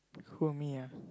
who me ah